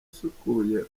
usukuye